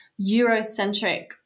Eurocentric